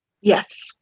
Yes